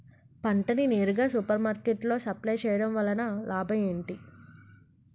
పంట ని నేరుగా సూపర్ మార్కెట్ లో సప్లై చేయటం వలన లాభం ఏంటి?